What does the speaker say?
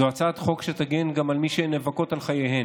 זו הצעת חוק שתגן גם על מי שנאבקות על חייהן